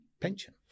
pension